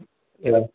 ആ